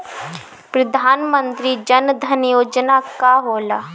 प्रधानमंत्री जन धन योजना का होला?